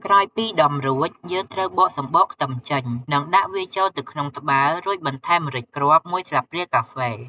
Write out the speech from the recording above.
ក្រោយពីដំរួច យើងត្រូវបកសំបកខ្ទឹមចេញ និងដាក់វាចូលទៅក្នុងត្បាល់ រួចបន្ថែម ម្រេចគ្រាប់ ១ស្លាបព្រាកាហ្វេ។